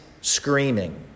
screaming